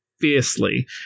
fiercely